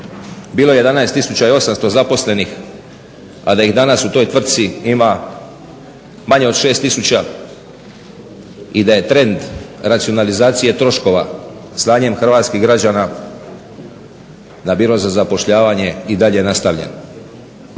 tisuća i 800 zaposlenih, a da ih danas u toj tvrtci ima manje od 6 tisuća i da je trend racionalizacije troškova slanjem hrvatskih građana na Biro za zapošljavanje i dalje nastavljen.